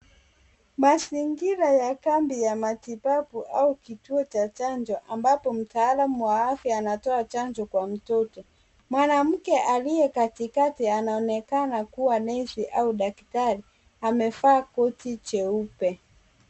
Mazingira ya kambi ya matibabu au kituo cha chanjo ambapo mtaalamu wa afya anatoa chanjo kwa mtoto. Mwanamke aliye katikati anaonekana kuwa nesi au daktari. Amevaa koti jeupe.